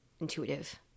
intuitive